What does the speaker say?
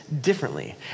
differently